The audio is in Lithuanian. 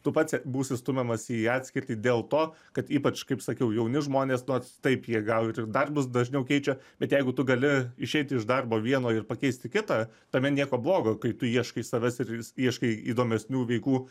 tu pats būsi stumiamas į atskirtį dėl to kad ypač kaip sakiau jauni žmonės nors taip jie gal ir darbus dažniau keičia bet jeigu tu gali išeiti iš darbo vieno ir pakeist į kitą tame nieko blogo kai tu ieškai savęs ir ieškai įdomesnių veikų